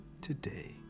today